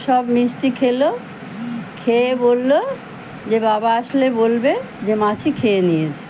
সব মিষ্টি খেলো খেয়ে বললো যে বাবা আসলে বলবে যে মাছি খেয়ে নিয়েছে